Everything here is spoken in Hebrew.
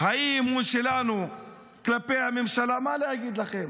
האי-אמון שלנו בממשלה, מה אגיד לכם?